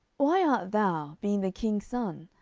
why art thou, being the king's son,